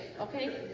okay